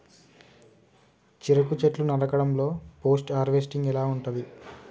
చెరుకు చెట్లు నరకడం లో పోస్ట్ హార్వెస్టింగ్ ఎలా ఉంటది?